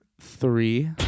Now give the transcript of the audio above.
three